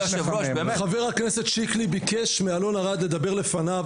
חבר הכנסת שיקלי ביקש מאלון ארד לדבר לפניו,